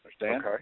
Understand